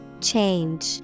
Change